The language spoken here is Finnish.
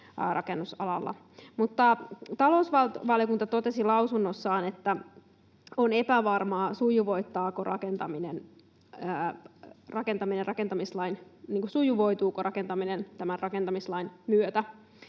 rakennusalalla. Talousvaliokunta totesi lausunnossaan, että on epävarmaa, sujuvoituuko rakentaminen tämän rakentamislain myötä.